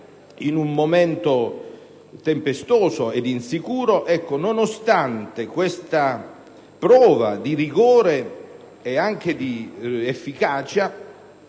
in un momento tempestoso ed insicuro, nonostante questa prova di rigore e anche di efficacia,